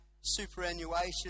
superannuation